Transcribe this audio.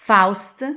Faust